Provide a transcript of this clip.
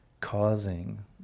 causing